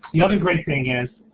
the other great thing is,